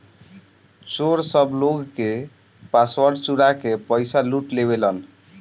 चोर सब लोग के पासवर्ड चुरा के पईसा लूट लेलेन